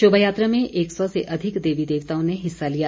शोभायात्रा में एक सौ से अधिक देवी देवताओं ने हिस्सा लिया